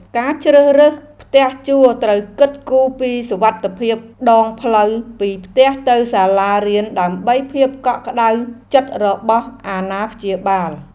ការជ្រើសរើសផ្ទះជួលត្រូវគិតគូរពីសុវត្ថិភាពដងផ្លូវពីផ្ទះទៅសាលារៀនដើម្បីភាពកក់ក្តៅចិត្តរបស់អាណាព្យាបាល។